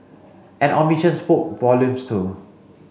an omission spoke volumes too